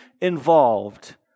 involved